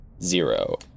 zero